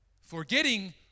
forgetting